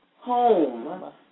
home